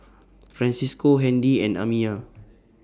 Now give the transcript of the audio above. Francisco Handy and Amiyah